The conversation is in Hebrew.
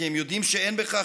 כי הם יודעים שאין בכך,